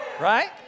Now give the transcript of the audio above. Right